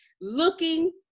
looking